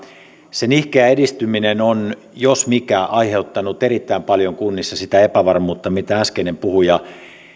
se nihkeä edistyminen jos mikä on aiheuttanut erittäin paljon kunnissa sitä epävarmuutta mitä äskeinen puhuja